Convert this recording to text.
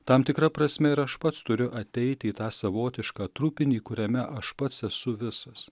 tam tikra prasme ir aš pats turiu ateiti į tą savotišką trupinį kuriame aš pats esu visas